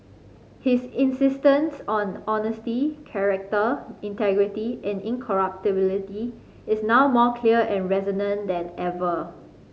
his insistence on honesty character integrity and incorruptibility is now more clear and resonant than ever